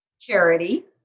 Charity